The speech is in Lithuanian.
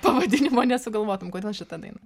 pavadinimo nesugalvotum kodėl šita daina